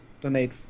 donate